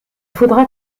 faudra